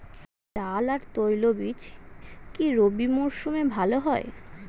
ডাল আর তৈলবীজ কি রবি মরশুমে ভালো হয়?